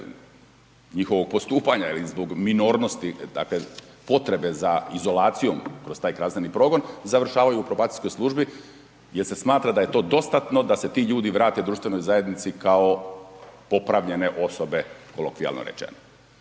njihovog postupanja ili zbog minornosti dakle potrebe za izolacijom kroz taj kazneni progon završavaju u probacijskoj službi jer se smatra da je to dostatno da se ti ljudi vrate društvenoj zajednici kao popravljene osobe, kolokvijalno rečeno.